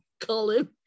Colin